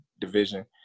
division